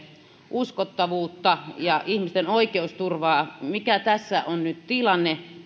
uskottavuutta ja ihmisten oikeusturvaa mikä tässä on nyt tilanne